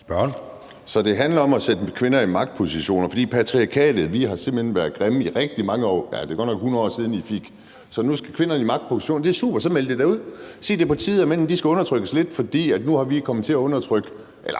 Så det handler om at sætte kvinder i magtpositioner, fordi vi i patriarkatet simpelt hen har været grimme i rigtig mange år? Det er godt nok 100 år siden, I fik stemmeret, så nu skal kvinderne i magtpositioner. Det er super, så meld det da ud, og sig, at det er på tide, at mændene skal undertrykkes lidt. Men selv jeg, der er